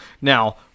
Now